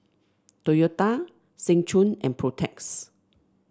Toyota Seng Choon and Protex